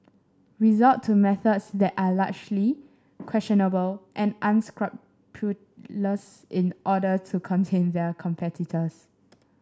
resort to methods that are largely questionable and unscrupulous in order to contain their competitors